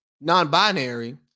non-binary